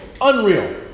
Unreal